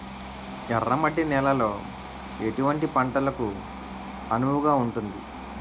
ఎర్ర మట్టి నేలలో ఎటువంటి పంటలకు అనువుగా ఉంటుంది?